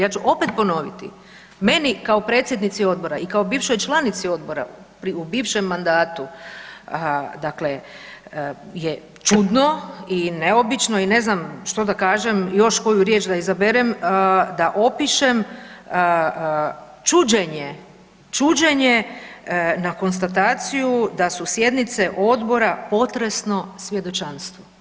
Ja ću opet ponoviti, meni kao predsjednici odbora i kao bivšoj članici odbora u bivšem mandatu, dakle je čudno i neobično i ne znam što da kažem, još koju riječ da izaberem da opišem čuđenje, čuđenje na konstataciju da su sjednice odbora potresno svjedočanstvo.